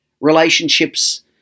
relationships